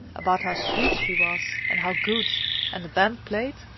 about how sweet she was, and how good and the band played,